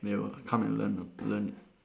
they will come and learn err learn it